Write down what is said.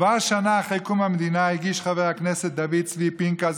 כבר שנה אחרי קום המדינה הגיש חבר הכנסת דוד צבי פנקס,